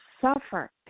suffer